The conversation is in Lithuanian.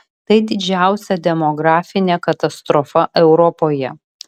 tai didžiausia demografinė katastrofa europoje